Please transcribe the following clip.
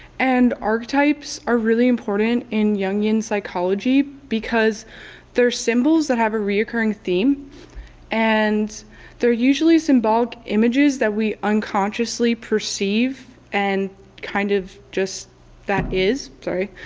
and archetypes are really important in jungian psychology because they're symbols that have a reoccurring theme and they're usually symbolic images that we unconsciously perceive and kind of just that is.